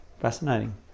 Fascinating